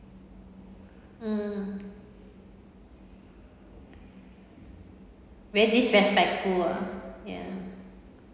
um very disrespectful ah ya